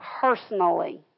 personally